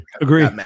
agree